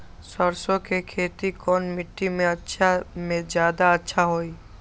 सरसो के खेती कौन मिट्टी मे अच्छा मे जादा अच्छा होइ?